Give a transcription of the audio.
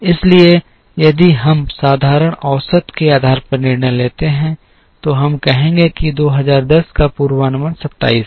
इसलिए यदि हम साधारण औसत के आधार पर निर्णय लेते हैं तो हम कहेंगे कि 2010 का पूर्वानुमान 27 है